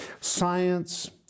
science